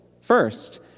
first